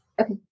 Okay